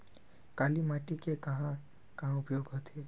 काली माटी के कहां कहा उपयोग होथे?